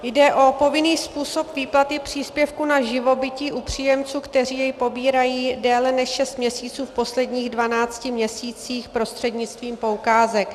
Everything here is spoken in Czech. Jde o povinný způsob výplaty příspěvku na živobytí u příjemců, kteří jej pobírají déle než šest měsíců v posledních dvanácti měsících prostřednictvím poukázek.